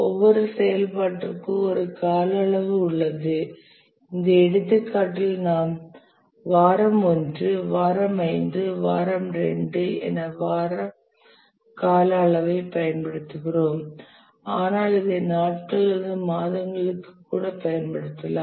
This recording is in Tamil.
ஒவ்வொரு செயல்பாட்டிற்கும் ஒரு கால அளவு உள்ளது இந்த எடுத்துக்காட்டில் நாம் வாரம் 1 வாரம் 5 வாரம் 2 என வாரம் கால அளவைப் பயன்படுத்துகிறோம் ஆனால் இதை நாட்கள் அல்லது மாதங்களுக்கு கூட பயன்படுத்தலாம்